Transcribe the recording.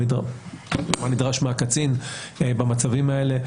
מה נדרש מהקצין במצבים האלה,